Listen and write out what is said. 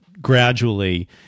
gradually